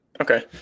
Okay